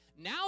Now